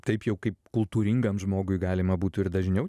taip jau kaip kultūringam žmogui galima būtų ir dažniau